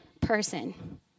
person